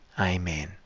Amen